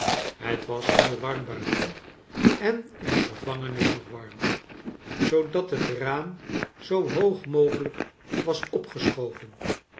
het was heel warm buiteii en in de gevangenis nog warmer zoodat het raam zoo hoog mogelijk was opgeschoven